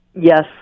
Yes